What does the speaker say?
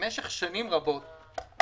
במשך שנים רבות